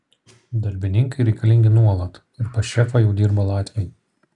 darbininkai reikalingi nuolat ir pas šefą jau dirba latviai